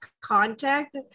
contact